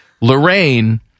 Lorraine